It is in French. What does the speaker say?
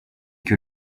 que